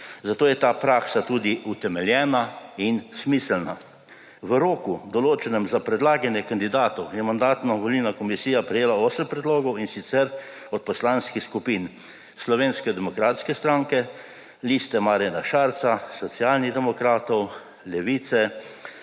zato je ta praksa tudi utemeljena in smiselna. V roku, določenem za predlaganje kandidatov, je Mandatno-volilna komisija prejela 8 predlogov in sicer, od Poslanskih skupin Slovenske demokratske stranke, Liste Marjana Šarca, Socialnih demokratov, Levice,